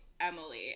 Emily